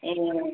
ए